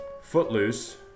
Footloose